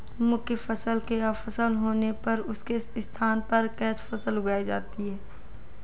मुख्य फसल के असफल होने पर उसके स्थान पर कैच फसल उगाई जाती है